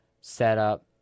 setup